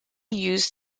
used